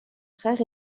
frères